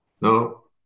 No